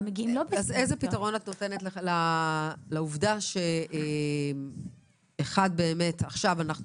איזה פתרון את נותנת לעובדה שעכשיו אתם